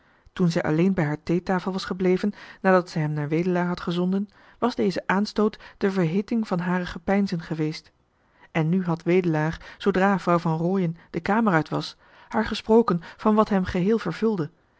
toen zij alleen bij haar theetafel was gebleven nadat zij hem naar wedelaar had gezonden was deze aanstoot de verhitting van hare gepeinzen geweest en nu had wedelaar zoodra vrouw van rooien de kamer uit was haar gesproken van wat hem geheel vervulde